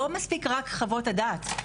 לא מספיק רק חוות הדעת,